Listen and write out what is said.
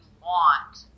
want